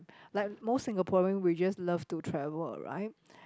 like most Singaporean we just love to travel right